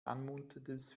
anmutendes